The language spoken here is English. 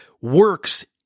works